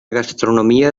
gastronomia